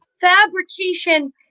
fabrication